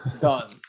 Done